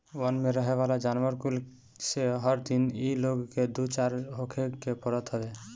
वन में रहेवाला जानवर कुल से हर दिन इ लोग के दू चार होखे के पड़त हवे